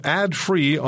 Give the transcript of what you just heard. ad-free